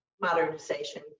modernization